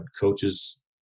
Coaches